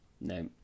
no